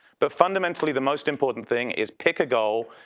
but fundamentally, the most important thing is pick a goal,